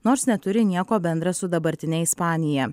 nors neturi nieko bendra su dabartine ispanija